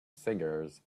cigars